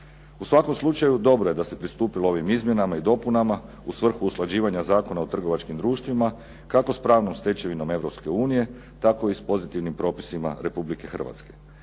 U svakom slučaju dobro je da se pristupilo ovim izmjenama i dopunama u svrhu usklađivanja Zakona o trgovačkim društvima, kako s pravnom stečevinom Europske unije, tako i s pozitivnim propisima Republike Hrvatske.